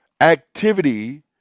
activity